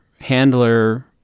handler